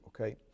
Okay